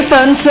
Fun